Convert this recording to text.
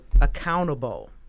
accountable